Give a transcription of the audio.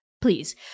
please